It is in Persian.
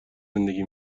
زندگی